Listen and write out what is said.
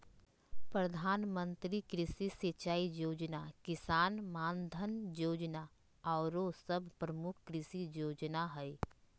प्रधानमंत्री कृषि सिंचाई जोजना, किसान मानधन जोजना आउरो सभ प्रमुख कृषि जोजना हइ